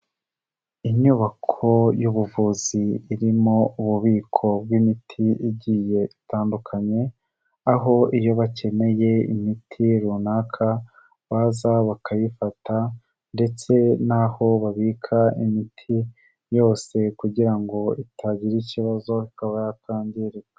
Inyubako y'ubuvuzi irimo ububiko bw'imiti igiye itandukanye, aho iyo bakeneye imiti runaka baza bakayifata ndetse n'aho babika imiti yose kugira ngo itagira ikibazo ikaba yakangirika.